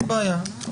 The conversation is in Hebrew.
בסדר, אין בעיה.